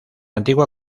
antigua